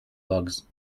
bugs